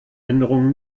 änderungen